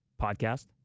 podcast